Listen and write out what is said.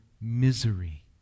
misery